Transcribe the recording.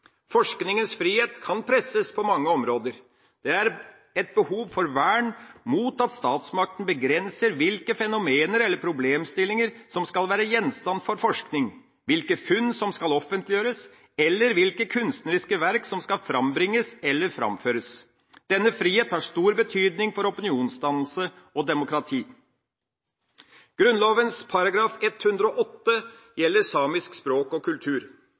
Forskningens frihet kan presses på mange områder. Det er et behov for vern mot at statsmakten begrenser hvilke fenomener eller problemstillinger som skal være gjenstand for forskning, hvilke funn som skal offentliggjøres, eller hvilke kunstneriske verk som skal frambringes eller framføres. Denne frihet har stor betydning for opinionsdannelse og demokrati. Grunnloven § 108 gjelder samisk språk og kultur.